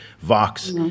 Vox